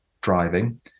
driving